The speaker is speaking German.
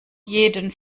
jeden